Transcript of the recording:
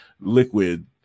liquid